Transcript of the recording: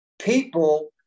People